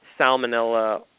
salmonella